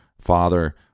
father